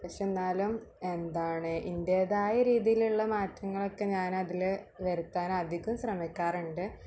പക്ഷേ എന്നാലും എന്താണ് ഇൻടേതായ രീതിയിലുള്ള മാറ്റങ്ങളക്കെ ഞാനതില് വരുത്താൻ അധികം ശ്രമിക്കാറുണ്ട്